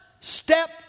step